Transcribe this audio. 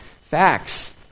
facts